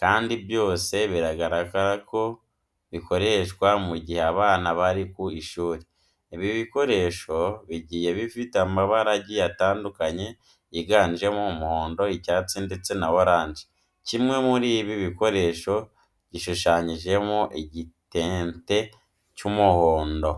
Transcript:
kandi byose biragaragara ko bikoreshwa mu gihe abana bari ku ishuri. Ibi bikoresho bigiye bifite amabara agiye atandukanye yiganjemo umuhondo, icyatsi ndetse na oranje. Kimwe muri ibi bikoresho gishushanyijeho igitente cy'umuhondo.